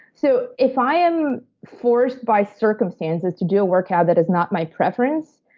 so, if i am forced by circumstances to do a workout that is not my preference,